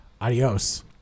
adios